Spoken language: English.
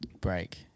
break